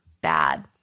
bad